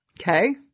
Okay